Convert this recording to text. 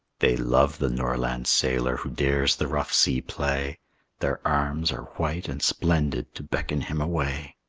they love the norland sailor who dares the rough sea play their arms are white and splendid to beckon him away.